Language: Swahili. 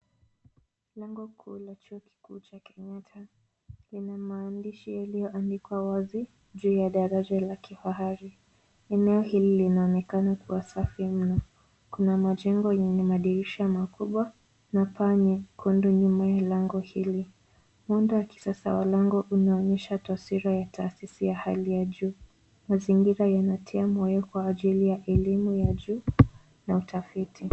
Lango kuu la chuo kikuu cha Kenyatta lina maandishi yaliyoandikwa wazi juu la daraja la kifahari. Eneo hili linaonekana kua safi mno. Kuna majengo yenye madirisha makubwa na pana kando nyuma ya lango hili. Muundo wa kisasa wa lango unaonyesha twasira ya taasisi ya hali ya juu. Mazingira yanatia moyo kwa ajili ya elimu ya juu na utafiti.